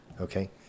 Okay